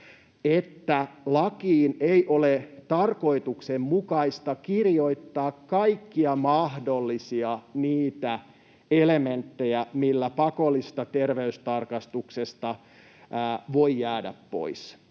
että lakiin ei ole tarkoituksenmukaista kirjoittaa kaikkia mahdollisia niitä elementtejä, millä pakollisesta terveystarkastuksesta voi jäädä pois.